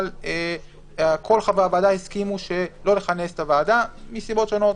אבל כל חברי הוועדה הסכימו לא לכנסת את הוועדה מסיבות שונות.